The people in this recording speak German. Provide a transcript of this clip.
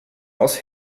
aus